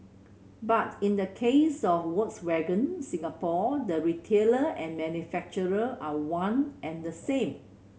but in the case of Volkswagen Singapore the retailer and manufacturer are one and the same